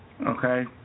Okay